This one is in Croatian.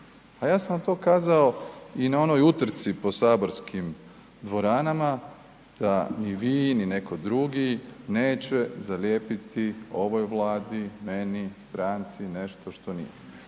A ja sam vam to kazao i na onoj utrci po saborskim dvoranama da ni vi, ni netko drugi neće zalijepiti ovoj Vladi, meni, stranci, nešto što nije